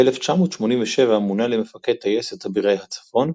ב-1987 מונה למפקד טייסת אבירי הצפון,